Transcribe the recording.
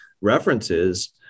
references